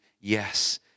yes